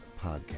podcast